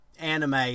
anime